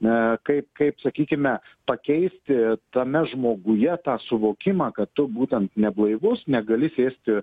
na kaip kaip sakykime pakeisti tame žmoguje tą suvokimą kad tu būtent neblaivūs negali sėsti